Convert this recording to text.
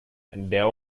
der